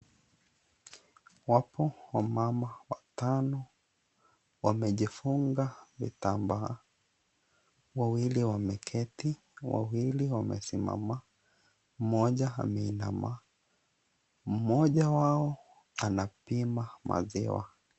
Wapo wamama watano wamejifunga vitambaa. Wawili wameketi, wawili wamesimama, mmoja ameinama. Mmoja wao anapima maziwa.